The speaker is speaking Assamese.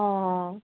অঁ